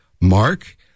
Mark